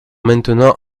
maintenant